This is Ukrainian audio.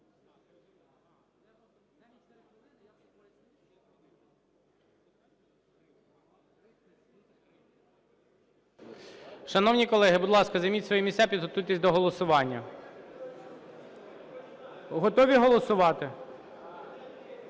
Шановні колеги, будь ласка, займіть свої місця, підготуйтесь до голосування. Готові голосувати?